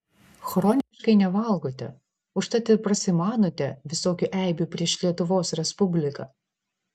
chroniškai nevalgote užtat ir prasimanote visokių eibių prieš lietuvos respubliką